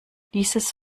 dieses